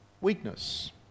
weakness